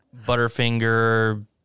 Butterfinger